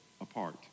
apart